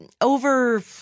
over